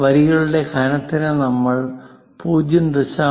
വരികളുടെ കനത്തിനു നമ്മൾ 0